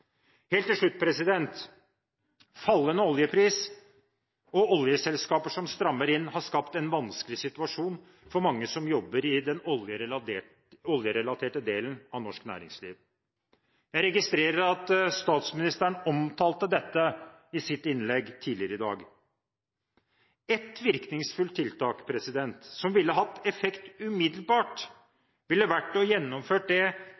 Helt til slutt: Fallende oljepris og oljeselskaper som strammer inn, har skapt en vanskelig situasjon for mange som jobber i den oljerelaterte delen av norsk næringsliv. Jeg registrerer at statsministeren omtalte dette i sitt innlegg tidligere i dag. Et virkningsfullt tiltak som ville hatt effekt umiddelbart, ville vært om man gjennomførte det